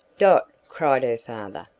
dot! cried her father,